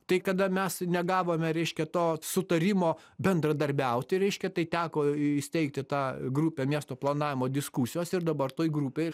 tai kada mes negavome reiškia to sutarimo bendradarbiauti reiškia tai teko įsteigti tą grupę miesto planavimo diskusijos ir dabar toj grupėj